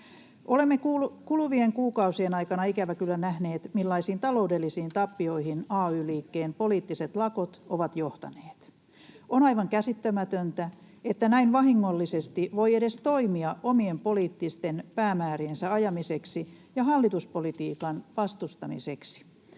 Olemme kuluvien kuukausien aikana ikävä kyllä nähneet, millaisiin taloudellisiin tappioihin ay-liikkeen poliittiset lakot ovat johtaneet. On aivan käsittämätöntä, että näin vahingollisesti voi edes toimia omien poliittisten päämääriensä ajamiseksi ja hallituspolitiikan vastustamiseksi.